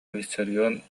виссарион